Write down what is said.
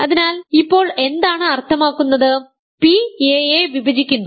അതിനാൽ ഇപ്പോൾ എന്താണ് അർത്ഥമാക്കുന്നത് p a യെ വിഭജിക്കുന്നു